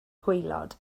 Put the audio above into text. gwaelod